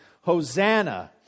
Hosanna